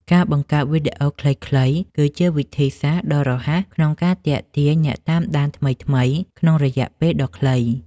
ការបង្កើតវីដេអូខ្លីៗ គឺជាវិធីសាស្ត្រដ៏រហ័សក្នុងការទាក់ទាញអ្នកតាមដានថ្មីៗក្នុងរយៈពេលដ៏ខ្លី។